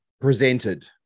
Presented